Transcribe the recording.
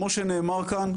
כמו שנאמר כאן,